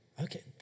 Okay